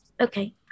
okay